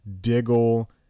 Diggle